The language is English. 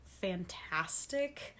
fantastic